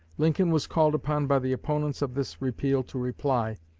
lincoln was called upon by the opponents of this repeal to reply,